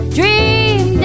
dream